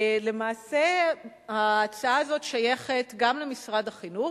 למעשה ההצעה הזאת שייכת גם למשרד החינוך,